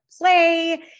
play